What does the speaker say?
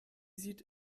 sieht